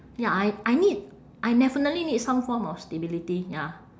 ya I I need I definitely need some form of stability ya